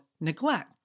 neglect